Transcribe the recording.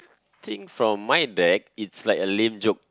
think from my deck it's like a lame joke